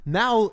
now